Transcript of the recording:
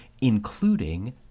including